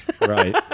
right